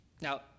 now